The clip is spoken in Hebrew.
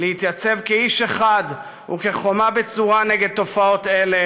"להתייצב כאיש אחד וכחומה בצורה נגד תופעות אלה